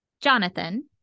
Jonathan